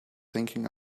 thinking